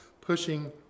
pushing